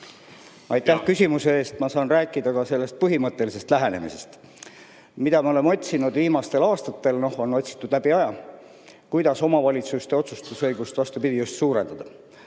Aitäh küsimuse eest! Ma saan rääkida põhimõttelisest lähenemisest. Me oleme otsinud viimastel aastatel ja on otsitud läbi aja seda, kuidas omavalitsuste otsustusõigust, vastupidi, just suurendada.